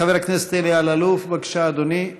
חבר הכנסת אלי אלאלוף, בבקשה, אדוני.